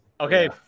Okay